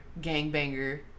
gangbanger